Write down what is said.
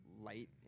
light